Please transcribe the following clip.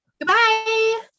Goodbye